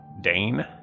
Dane